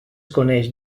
coneix